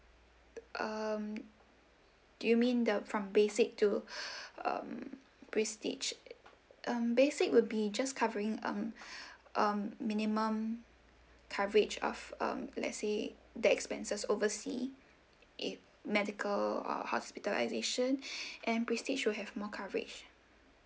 um do you mean the from basic to um prestige um basic would be just covering um um minimum coverage of um let's say the expenses oversea it medical or hospitalisation and prestige will have more coverage